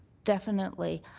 definitely.